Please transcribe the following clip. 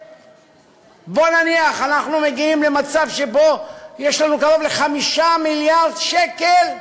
בואו נניח שאנחנו מגיעים למצב שבו יש לנו קרוב ל-5 מיליארד שקל,